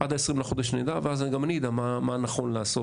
עד ה-20 בחודש נדע ואז גם אני אדע מה נכון לעשות,